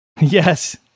Yes